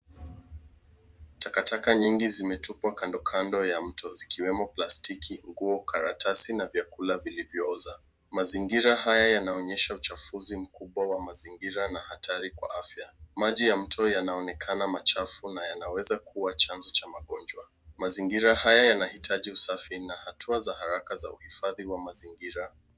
Takataka nyingi zimetupwa kando kando ya mto, zikiwemo plastiki, nguo, karatasi, na mabaki ya vyakula visivyooza. Mazingira haya yanaonyesha uchafuzi mkubwa wa mazingira na hatari kwa afya. Maji ya mto yanaonekana machafu na yanaweza kuwa chanzo cha magonjwa. Mazingira haya yanahitaji usafi na hatua za haraka za uhifadhi wa mazingira.